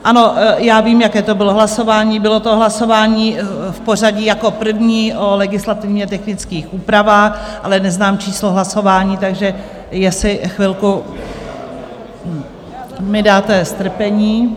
Ano, já vím, jaké to bylo hlasování, bylo to hlasování v pořadí jako první o legislativně technických úpravách, ale neznám číslo hlasování, takže jestli chvilku mi dáte strpení...